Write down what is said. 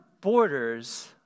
borders